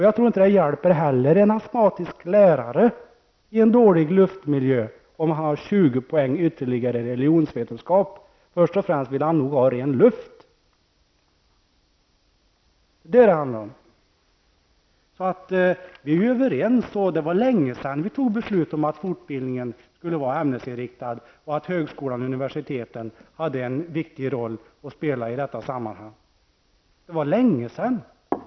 Jag tror inte heller att det hjälper en astmatisk lärare som måste vistas i en dålig luftmiljö att ha ytterligare 20 poäng i religionsvetenskap. Först och främst vill han nog ha ren luft. Detta är vad det handlar om. Vi är alltså överens, och det var länge sedan vi fattade beslut om att fortbildningen skall vara ämnesinriktad och att högskolan och universiteten skall spela en viktig roll i detta sammanhang. Det var länge sedan.